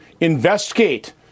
investigate